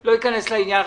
לא אכנס לעניין.